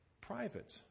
private